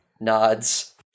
Nods